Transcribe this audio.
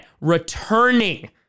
returning